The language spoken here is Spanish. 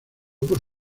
por